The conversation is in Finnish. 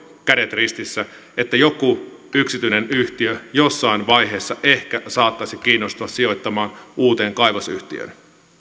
kädet ristissä että joku yksityinen yhtiö jossain vaiheessa ehkä saattaisi kiinnostua sijoittamaan uuteen kaivosyhtiöön